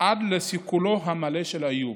עד לסיכולו המלא של האיום.